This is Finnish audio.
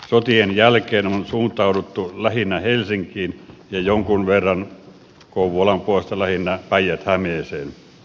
sotien jälkeen on suuntauduttu lähinnä helsinkiin ja jonkun verran kouvolan puolesta lähinnä päijät hämeeseen